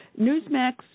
Newsmax